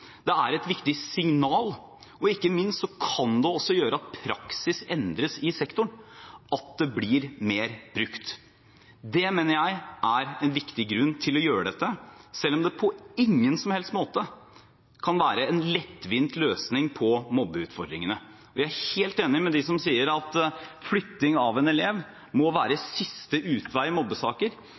Det er et viktig signal og ikke minst kan det også gjøre at praksis endres i sektoren, at det blir mer brukt. Det mener jeg er en viktig grunn til å gjøre dette, selv om det på ingen som helst måte kan være en lettvint løsning på mobbeutfordringene. Vi er helt enige med dem som sier at flytting av en elev må være siste utvei i mobbesaker.